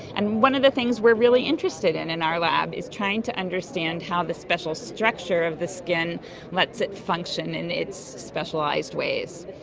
and one of the things we're really interested in in our lab is trying to understand how the special structure of this skin lets it function in its specialised ways.